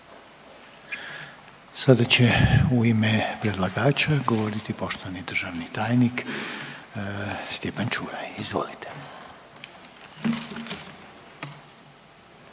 Sada će u ime predlagatelja govoriti poštovani državni tajnik Stjepan Čuraj, izvolite.